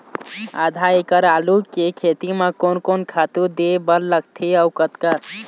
आधा एकड़ आलू के खेती म कोन कोन खातू दे बर लगथे अऊ कतका?